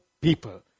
people